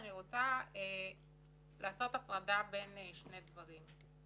אני רוצה לעשות הפרדה בין שני דברים,